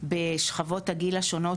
בשכבות הגיל השונות,